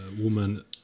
woman